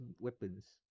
weapons